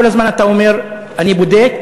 כל הזמן אתה אומר, אני בודק,